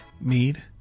Mead